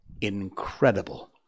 incredible